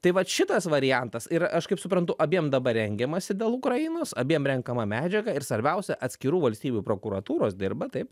tai vat šitas variantas ir aš kaip suprantu abiem dabar rengiamasi dėl ukrainos abiem renkama medžiaga ir svarbiausia atskirų valstybių prokuratūros dirba taip